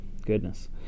goodness